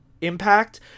impact